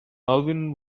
alvin